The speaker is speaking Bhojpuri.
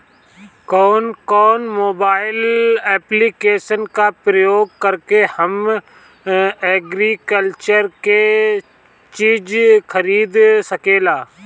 कउन कउन मोबाइल ऐप्लिकेशन का प्रयोग करके हम एग्रीकल्चर के चिज खरीद सकिला?